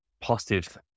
positive